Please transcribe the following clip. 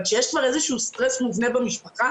אבל כשיש כבר איזה סטרס מובנה במשפחה,